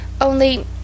Only—